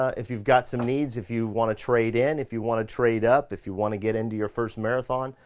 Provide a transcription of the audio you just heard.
ah if you've got some needs, if you want to trade in, if you want to trade up, if you want to get into your first marathon,